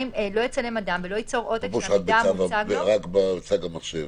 מה פירוש "רק בצג המחשב"?